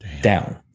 down